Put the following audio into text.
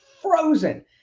frozen